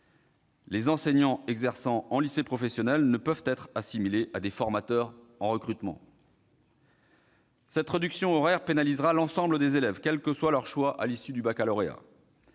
les enseignants exerçant en lycées professionnels ne peuvent être assimilés à des formateurs en recrutement. Cette réduction horaire pénalisera l'ensemble des élèves, quel que soit leur choix à l'issue du baccalauréat.